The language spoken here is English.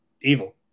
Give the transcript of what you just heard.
evil